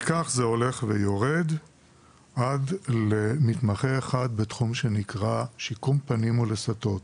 וכך זה הולך ויורד עד מתמחה אחד בתחום שנקרא שיקום פנים ולסתות.